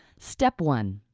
step one,